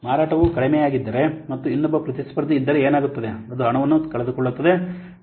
ಮಾರಾಟವು ಕಡಿಮೆಯಾಗಿದ್ದರೆ ಮತ್ತು ಇನ್ನೊಬ್ಬ ಪ್ರತಿಸ್ಪರ್ಧಿ ಇದ್ದರೆ ಏನಾಗುತ್ತದೆ ಅದು ಹಣವನ್ನು ಕಳೆದುಕೊಳ್ಳುತ್ತದೆ